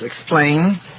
explain